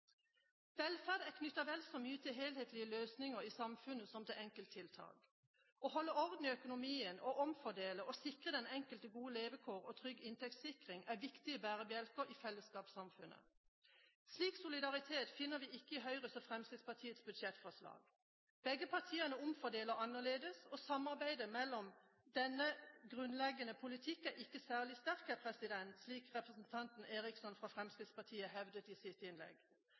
Velferd er knyttet vel så mye til helhetlige løsninger i samfunnet som til enkelttiltak. Å holde orden i økonomien, omfordele og sikre den enkelte gode levekår og trygg inntekt er viktige bærebjelker i fellesskapssamfunnet. Slik solidaritet finner vi ikke i Høyres og Fremskrittspartiets budsjettforslag. Begge partiene omfordeler annerledes, og samarbeidet om denne grunnleggende politikk er ikke særlig sterk – slik representanten Eriksson fra Fremskrittspartiet hevdet i sitt innlegg.